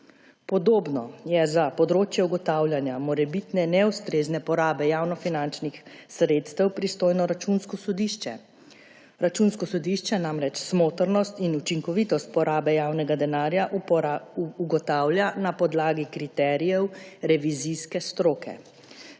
Podobno je za področje ugotavljanja morebitne neustrezne porabe javnofinančnih sredstev pristojno Računsko sodišče. Računsko sodišče namreč smotrnost in učinkovitost porabe javnega denarja ugotavlja na podlagi kriterijev revizijske stroke.